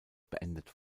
beendet